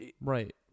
Right